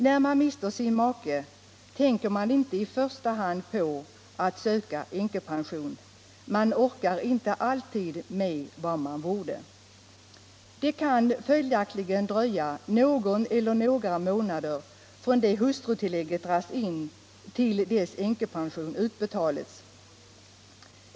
När man mister sin make tänker man inte i första hand på att söka änkepension — man orkar inte alltid med vad man borde. Det kan följaktligen dröja någon eller några månader från det hustrutillägget dras in till dess änkepension utbetalas.